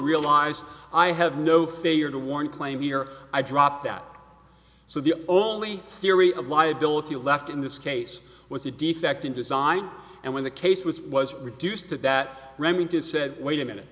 realize i have no failure to warn claim here i dropped out so the only theory of liability left in this case was a defect in design and when the case was was reduced to that remington said wait a minute